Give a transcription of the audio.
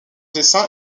dessin